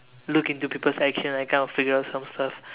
look into people's action and kind of figure out some stuff